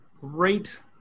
great